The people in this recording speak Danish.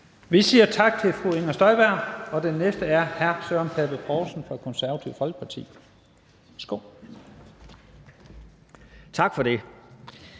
Vi siger tak til fru Inger Støjberg. Den næste er hr. Søren Pape Poulsen fra Det Konservative Folkeparti. Værsgo. Kl.